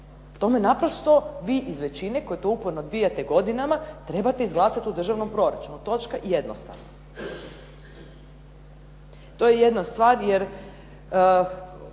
To me naprosto vi iz većine koji to uporno odbijate godinama trebate izglasati u državnom proračunu, točka, jednostavno. To je jedna stvar jer